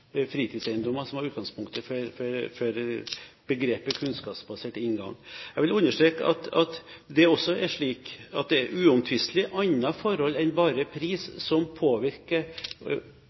fritidseiendommer som er utgangspunktet for begrepet «kunnskapsbasert inngang.» Jeg vil understreke at det også er slik at det uomtvistelig er andre forhold enn bare pris som påvirker